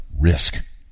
risk